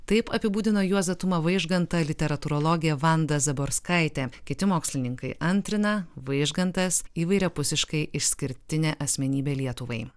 taip apibūdino juozą tumą vaižgantą literatūrologė vanda zaborskaitė kiti mokslininkai antrina vaižgantas įvairiapusiškai išskirtinė asmenybė lietuvai